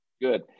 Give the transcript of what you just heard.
Good